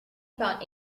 about